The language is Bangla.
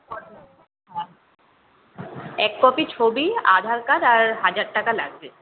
এক কপি ছবি আধার কার্ড আর হাজার টাকা লাগবে